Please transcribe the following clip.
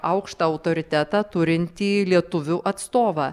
aukštą autoritetą turintį lietuvių atstovą